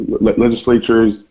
legislatures